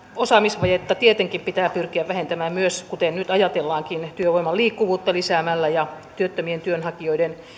osaamisvajetta tietenkin pitää pyrkiä vähentämään myös kuten nyt ajatellaankin työvoiman liikkuvuutta lisäämällä ja työttömien työnhakijoiden